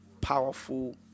powerful